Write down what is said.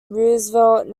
roosevelt